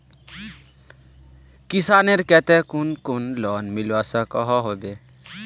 किसानेर केते कुन कुन लोन मिलवा सकोहो होबे?